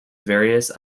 various